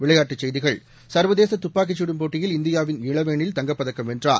விளையாட்டுச் செய்திகள் சர்வதேச துப்பாக்கிச் சுடும் போட்டியில் இந்தியாவின் இளவேனில் தங்கப் பதக்கம் வென்றார்